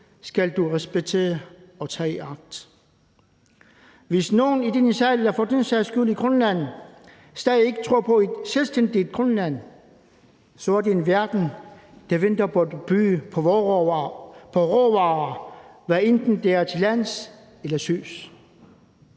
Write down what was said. skal du respektere og agte. Hvis nogen i denne sal eller for den sags skyld i Grønland stadig ikke tror på et selvstændigt Grønland, er det en verden, der venter på at byde på vore råvarer, hvad enten det er til lands eller til